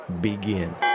begin